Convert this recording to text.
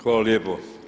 Hvala lijepo.